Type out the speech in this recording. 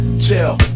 chill